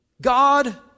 God